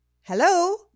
Hello